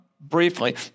briefly